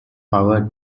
power